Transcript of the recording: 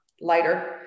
lighter